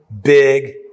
big